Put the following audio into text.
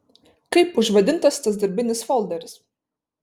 kaip užvadintas tas darbinis folderis